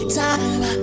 time